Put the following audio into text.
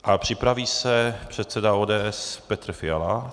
A připraví se předseda ODS Petr Fiala.